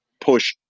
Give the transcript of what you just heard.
push